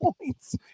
points